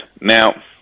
Now